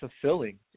fulfilling